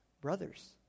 brothers